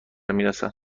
میرسه